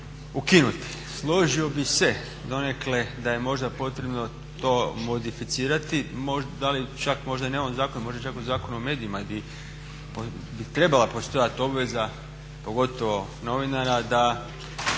ukinuti. Složio bi se donekle da je možda potrebno to modificirati, da li čak možda ne ovim zakonom, možda čak u Zakonu o medijima di bi trebala postojati obaveza pogotovo novinara da